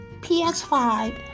ps5